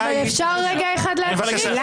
אפשר רגע אחד להקשיב?